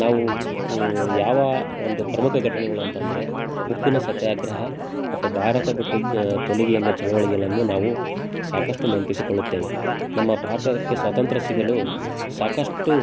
ನಾವು ಯಾವ ಒಂದು ಪ್ರಮುಖ ಘಟನೆಗಳು ಅಂತಂದರೆ ಉಪ್ಪಿನ ಸತ್ಯಾಗ್ರಹ ಮತ್ತು ಭಾರತ ಬಿಟ್ಟು ತೊಲಗಿ ಅನ್ನೋ ಚಳವಳಿಗಳನ್ನು ನಾವು ಸಾಕಷ್ಟು ನೆನಪಿಸಿಕೊಳ್ಳುತ್ತೇವೆ ನಮ್ಮ ಭಾರತಕ್ಕೆ ಸ್ವಾತಂತ್ರ್ಯ ಸಿಗಲು ಸಾಕಷ್ಟು